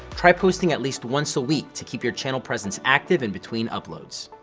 try posting at least once a week to keep your channel presence active in between uploads.